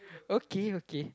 okay okay